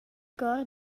chor